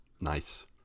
Nice